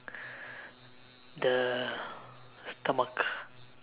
the stomach